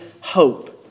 hope